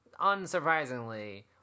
unsurprisingly